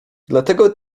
dlatego